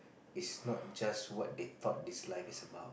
is not just what they thought is life is about